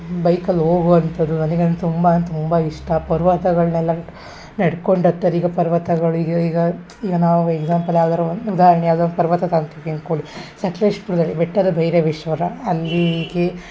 ಬೈಕಲ್ಲಿ ಹೋಗುವಂತದು ನನಗೆ ತುಂಬ ತುಂಬ ಇಷ್ಟ ಪರ್ವತಗಳನ್ನೆಲ್ಲ ನಡ್ಕೊಂಡು ಹತ್ತೋದ್ ಈಗ ಪರ್ವತಗಳು ಈಗ ಈಗ ಈಗ ನಾವು ಎಕ್ಸಾಂಪಲ್ ಯಾವ್ದಾದ್ರು ಒಂದು ಉದಾಹರಣೆ ಯಾವುದೋ ಒಂದು ಪರ್ವತ ಅನ್ಕೊಳ್ಳಿ ಸಕ್ಲೇಶಪುರ್ದಲ್ಲಿ ಬೆಟ್ಟದ ಭೈರವೇಶ್ವರ ಅಲ್ಲಿಗೆ